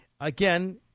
Again